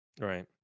Right